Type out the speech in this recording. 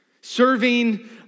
serving